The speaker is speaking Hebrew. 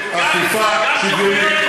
אכיפה שוויונית.